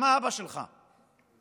גם אבא שלך שירת,